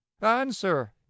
answer